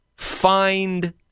find